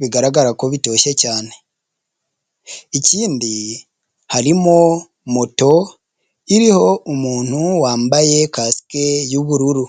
bigaragara ko bitoshye cyane, ikindi harimo moto iriho umuntu wambaye kasike y'ubururu.